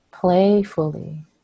playfully